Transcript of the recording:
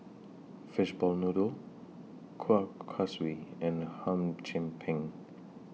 Fishball Noodle Kuih Kaswi and Hum Chim Peng